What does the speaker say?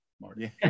Marty